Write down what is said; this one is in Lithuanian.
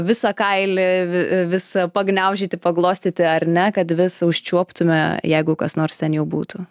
visą kailį vi visą pagniaužyti paglostyti ar ne kad vis užčiuoptume jeigu kas nors ten jau būtų